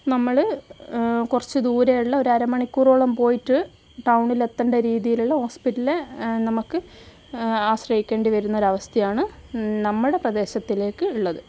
നമ്മൾ കുറച്ചു ദൂരെയുള്ള ഒരു അരമണിക്കൂറോളം പോയിട്ട് ടൗണിൽ എത്തേണ്ട രീതിയിലുള്ള ഹോസ്പിറ്റൽ നമുക്ക് ആശ്രയിക്കേണ്ടി വരുന്ന ഒരു അവസ്ഥയാണ് നമ്മുടെ പ്രദേശത്തിലേക്ക് ഉള്ളത്